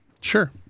Sure